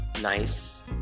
nice